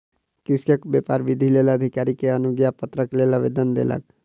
कृषक व्यापार वृद्धिक लेल अधिकारी के अनुज्ञापत्रक लेल आवेदन देलक